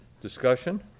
Discussion